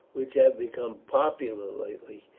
which have become popular lately,